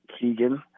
Keegan